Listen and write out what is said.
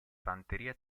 fanteria